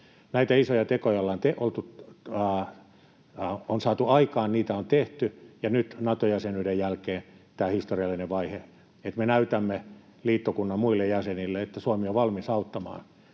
Näitä isoja tekoja on saatu aikaan, niitä on tehty, ja nyt Nato-jäsenyyden jälkeen tämä historiallinen vaihe, että me näytämme liittokunnan muille jäsenille, että Suomi on valmis auttamaan.